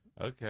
Okay